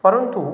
परन्तु